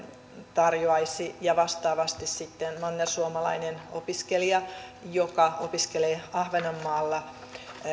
tarjoaisi ja vastaavasti sitten mannersuomalainen opiskelija joka opiskelee ahvenanmaalla